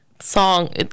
song